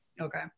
Okay